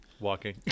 Walking